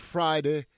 Friday